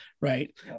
right